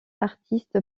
artiste